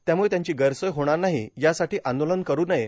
त्यामुळं त्यांची गैरसोय होणार नाही यासाठी आंदोलन करु नये